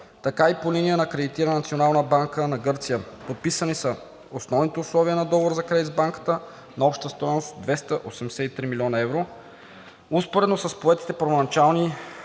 така и по линия на кредитиране от Националната банка на Гърция. Подписани са основните условия на кредит с банката на обща стойност 283 млн. евро успоредно с поетите първоначални